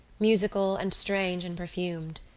musical and strange and perfumed,